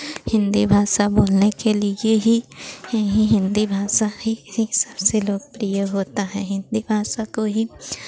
हिन्दी भाषा बोलने के लिए ही हि हि हिन्दी भाषा ही ही सबसे लोकप्रिय होता है हिन्दी भाषा को ही